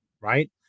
right